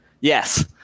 Yes